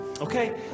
Okay